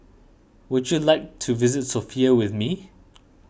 would you like to visit Sofia with me